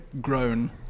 grown